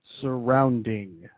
surrounding